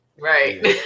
right